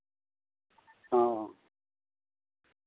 ᱚ